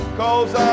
cause